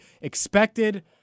expected